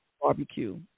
barbecue